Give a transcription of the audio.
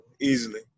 easily